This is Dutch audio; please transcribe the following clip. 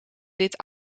dit